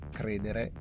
credere